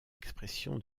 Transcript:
expression